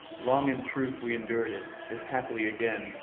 long in truth we endured it, if haply again,